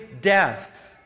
death